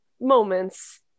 moments